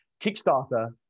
Kickstarter